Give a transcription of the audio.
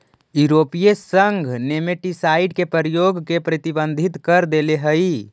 यूरोपीय संघ नेमेटीसाइड के प्रयोग के प्रतिबंधित कर देले हई